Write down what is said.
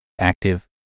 active